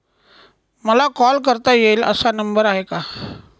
मला कॉल करता येईल असा नंबर आहे का?